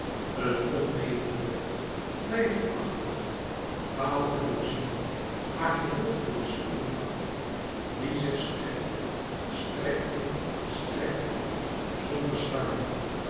een onmetelijke twijfelachtige vaal te doorziene maar geheel te doorspieden nacht die zich strekte strekte strekte zonder